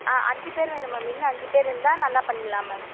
ஆ அஞ்சு பேர் வேணும் மேம் இன்னும் அஞ்சு பேர் இருந்தால் நல்லா பண்ணிடலாம் மேம்